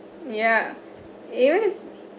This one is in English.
ya even